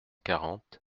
quarante